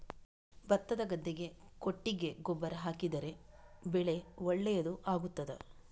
ಭತ್ತದ ಗದ್ದೆಗೆ ಕೊಟ್ಟಿಗೆ ಗೊಬ್ಬರ ಹಾಕಿದರೆ ಬೆಳೆ ಒಳ್ಳೆಯದು ಆಗುತ್ತದಾ?